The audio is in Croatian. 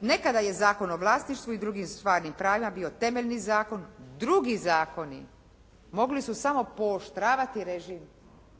Nekada je Zakon o vlasništvu i drugim stvarnim pravima bio temeljni zakon. Drugi zakoni mogli su samo pooštravati režim,